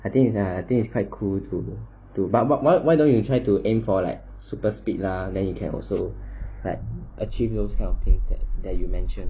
I think you are I think is quite cool to to but what what why don't you try to aim for like super speed lah then you can also like archive those kind of things that you mention